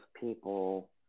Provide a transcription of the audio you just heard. people